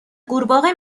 قورباغه